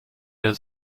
der